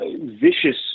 vicious